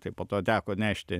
tai po to teko nešti